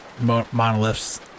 monoliths